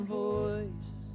voice